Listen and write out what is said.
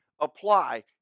apply